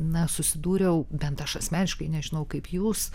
na susidūriau bent aš asmeniškai nežinau kaip jūs